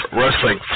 Wrestling